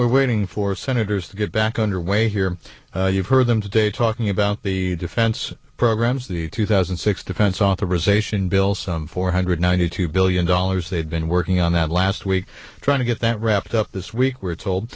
we're waiting for senators to get back underway here you've heard them today talking about the defense programs the two thousand and six defense authorization bill some four hundred ninety two billion dollars they had been working on that last week trying to get that wrapped up this week we're told